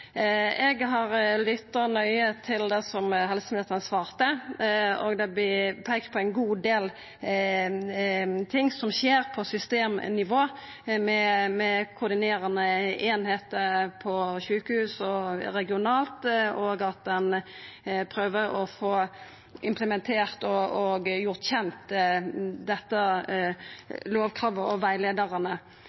Eg har lytta nøye til det helseministeren svarte. Det vert peikt på ein god del ting som skjer på systemnivå, med koordinerande einingar på sjukehus og regionalt, og at ein prøver å få implementert og gjort kjent lovkravet og